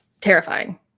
terrifying